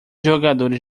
jogadores